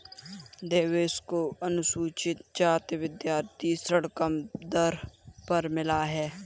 देवेश को अनुसूचित जाति विद्यार्थी ऋण कम दर पर मिला है